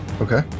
Okay